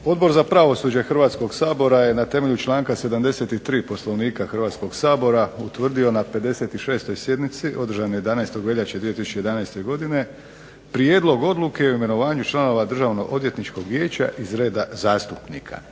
Odbora za pravosuđe Hrvatskog sabora je na temelju članka 73. Poslovnika Hrvatskog sabora utvrdio na 56. sjednici održanoj 11. veljače 2011. Prijedlog odluke o imenovanju članova Državnoodvjetničkog vijeća iz reda zastupnika.